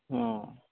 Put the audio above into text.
ᱦᱮᱸ